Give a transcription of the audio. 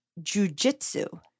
jujitsu